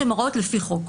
שהן הוראות לפי חוק.